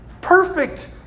perfect